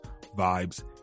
vibes